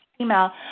email